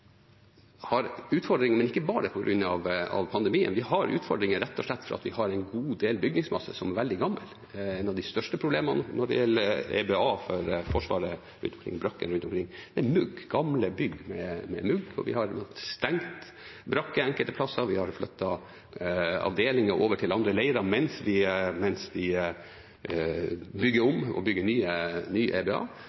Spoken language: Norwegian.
har utfordringer, men ikke bare på grunn av pandemien. Vi har utfordringer rett og slett fordi vi har en god del bygningsmasse som er veldig gammel. Et av de største problemene når det gjelder EBA for Forsvaret i brakker rundt omkring, er mugg – gamle bygg med mugg. Vi har stengt brakker enkelte steder, og vi har flyttet avdelinger over til andre leirer mens vi bygger om og bygger